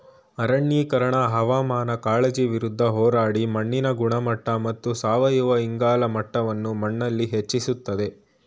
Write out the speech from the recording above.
ಅರಣ್ಯೀಕರಣ ಹವಾಮಾನ ಕಾಳಜಿ ವಿರುದ್ಧ ಹೋರಾಡಿ ಮಣ್ಣಿನ ಗುಣಮಟ್ಟ ಮತ್ತು ಸಾವಯವ ಇಂಗಾಲ ಮಟ್ಟವನ್ನು ಮಣ್ಣಲ್ಲಿ ಹೆಚ್ಚಿಸ್ತದೆ